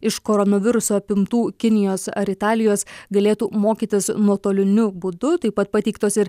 iš koronaviruso apimtų kinijos ar italijos galėtų mokytis nuotoliniu būdu taip pat pateiktos ir